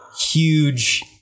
huge